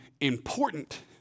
important